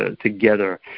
together